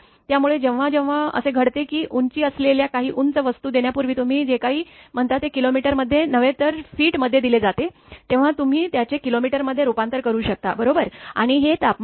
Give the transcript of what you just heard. त्यामुळे जेव्हा जेव्हा असे घडते की उंची असलेल्या काही उंच वस्तू देण्यापूर्वी तुम्ही जे काही म्हणता ते किलोमीटर मध्ये नव्हे तर फीट मध्ये दिले जाते तेव्हा तुम्ही त्याचे किलोमीटर मध्ये रूपांतर करू शकता बरोबर आणि हे तापमान आहे